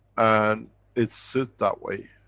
and it sit that way.